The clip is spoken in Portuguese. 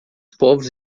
povos